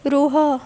ରୁହ